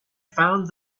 found